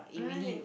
right